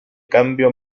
cambio